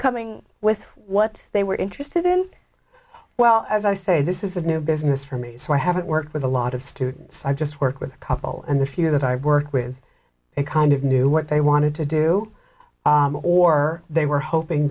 coming with what they were interested in well as i say this is a new business for me so i haven't worked with a lot of students i just work with a couple and the few that i work with it kind of knew what they wanted to do or they were hoping